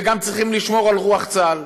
וגם צריכים לשמור על רוח צה"ל.